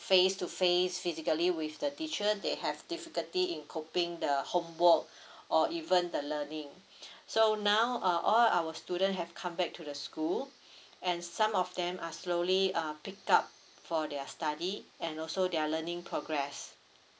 face to face physically with the teacher they have difficulty in coping the homework or even the learning so now uh all our student have come back to the school and some of them are slowly uh pick up for their study and also their learning progress